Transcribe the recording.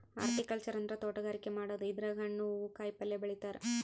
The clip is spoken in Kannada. ಹಾರ್ಟಿಕಲ್ಚರ್ ಅಂದ್ರ ತೋಟಗಾರಿಕೆ ಮಾಡದು ಇದ್ರಾಗ್ ಹಣ್ಣ್ ಹೂವಾ ಕಾಯಿಪಲ್ಯ ಬೆಳಿತಾರ್